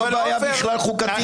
לא בעיה בכלל חוקתית.